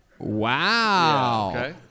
Wow